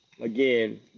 Again